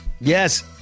Yes